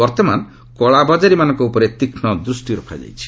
ବର୍ତ୍ତମାନ କଳାବଜାରୀମାନଙ୍କ ଉପରେ ତୀକ୍ଷ୍ଣ ଦୃଷ୍ଟି ରଖାଯାଇଛି